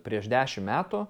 prieš dešim metų